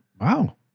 Wow